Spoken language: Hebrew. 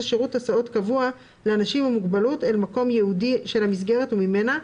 שירות הסעות קבוע לאנשים עם מוגבלות אל מקום ייעודי של מסגרת וממנה,